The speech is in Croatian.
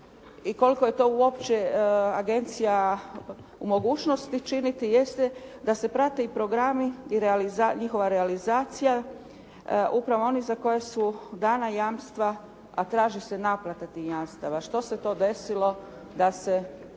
koliko je to uopće agencija u mogućnosti činiti, jeste da se prate i programi i njihova realizacija. Upravo oni za koje su dana jamstva, a taži se naplata tih jamstava. Što se to desilo da se